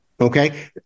Okay